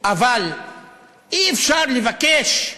אבל אי-אפשר לבקש ממני,